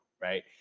right